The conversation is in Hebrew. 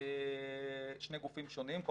שני גופים שונים,